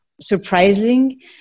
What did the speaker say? surprising